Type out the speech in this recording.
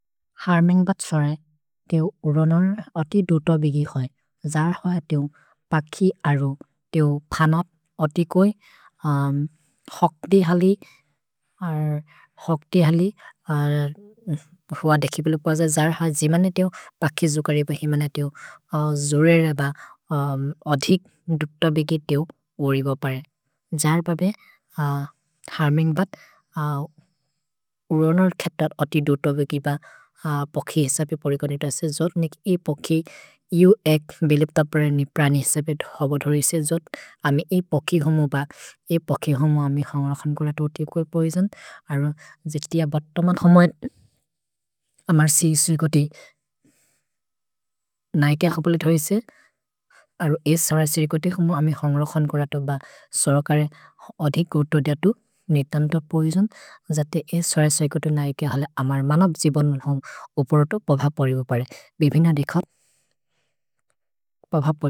हर्मिन्ग् बद् सरे तेओ उरोनोर् अति दुतोबिगि होइ, जर् हर् तेओ पखि अरो, तेओ फनोप् अति कोइ, होक्दि हलि, होक्दि हलि, होअ देखि पेलु पज जर् हर् जिमने तेओ पखि जुकरेब, हिमन तेओ जुरेरेब, अधिक् दुतोबिगि तेओ ओरिगो परे। जर् बबे हर्मिन्ग् बद् उरोनोर् खेतर् अति दुतोबिगि ब पखि हेसपे परेगनित सेसो, नेक् हि पखि इउ एक् बिलेप्त प्रेनि प्रनि हेसपे धोबो धोरि सेसो। अमि ए पखि हुमो ब, ए पखि हुमो अमि हन्ग्रक्सन् कोर तो तेओ कोइ पहिजन्, अरो जितिअ बत मन् हुमो अमर् सिर्कोति नैके हपुलित् होइसे, अरो एस् सरय् सिर्कोति हुमो अमि हन्ग्रक्सन् कोर तो ब, सोरकरे अधिक् उतोदिअतु नेतन्त पहिजन्, जते एस् सरय् सिर्कोति नैके हले अमर् मनोब् जिबोन् हुमो उपरोतो पभ परेगो परे, बिभिन देख पभ परेगो।